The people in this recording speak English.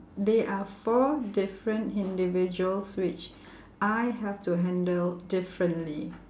they are four different individuals which I have to handle differently